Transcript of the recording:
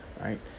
right